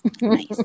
Nice